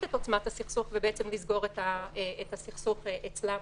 את עוצמת הסכסוך ולסגור את הסכסוך אצלן.